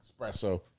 espresso